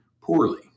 poorly